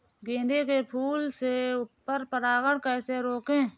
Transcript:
गेंदे के फूल से पर परागण कैसे रोकें?